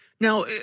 Now